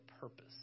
purpose